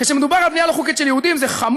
כאשר מדובר על בנייה לא חוקית של יהודים זה חמור,